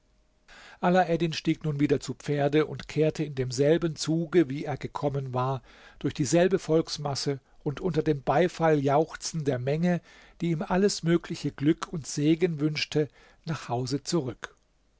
alaeddin stieg nun wieder zu pferde und kehrte in demselben zuge wie er gekommen war durch dieselbe volksmasse und unter dem beifalljauchzen der menge die ihm alles mögliche glück und segen wünschte nach hause zurück